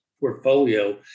portfolio